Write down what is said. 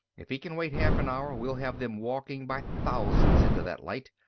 if he can wait half an hour we'll have them walking by thousands into that light.